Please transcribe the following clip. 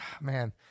Man